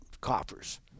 coffers